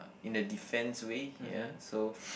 in the defense way ya so